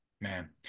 Man